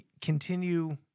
continue